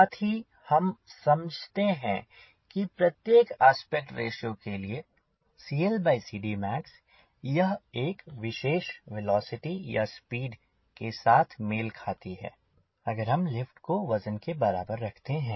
साथ ही हम समझते हैं कि प्रत्येक आस्पेक्ट रेश्यो के लिए max यह एक विशेष वेलोसिटी या स्पीड के साथ मेल खाती है अगर हम लिफ्ट को वजन के बराबर रखते हैं